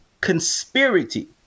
conspiracy